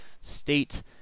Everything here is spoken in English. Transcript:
state